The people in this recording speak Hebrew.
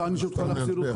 אז לא נבדוק אם החוק הזה עזר?